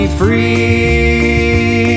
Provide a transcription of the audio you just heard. free